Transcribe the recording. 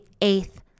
eighth